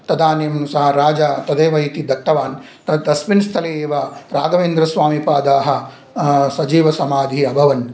तदानीं सः राजा तदेव इति दत्तवान् तत् तस्मिन् स्थले एव राघवेन्द्रस्वामिपादाः सजीवसमाधि अभवन्